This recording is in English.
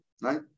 Right